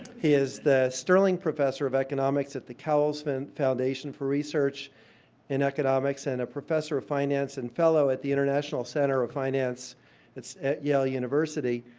he is the sterling professor of economics at the cowles and foundation for research in economics and a professor of finance and fellow at the international center of finance that's at yale university.